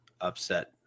upset